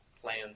plan